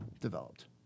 developed